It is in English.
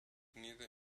neither